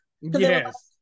Yes